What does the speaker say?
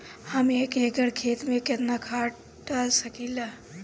हम एक एकड़ खेत में केतना खाद डाल सकिला?